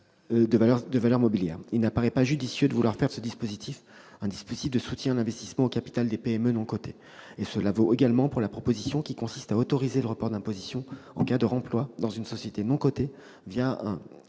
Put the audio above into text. de cession de valeurs mobilières. Il n'apparaît pas judicieux de vouloir faire de ce dispositif un mécanisme de soutien à l'investissement au capital des PME non cotées. Cela vaut également pour la proposition qui consiste à autoriser le report d'imposition en cas de remploi dans une société non cotée un